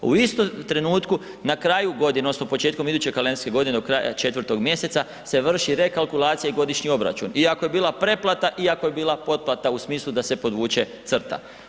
U istom trenutku na kraju godine odnosno početkom iduće kalendarske godine do kraja 4. mjeseca se vrši rekalkulacija i godišnji obračun i ako je bila pretplata i ako je bila potplata u smislu da se podvuče crta.